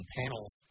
panels